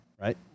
right